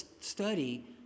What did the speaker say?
study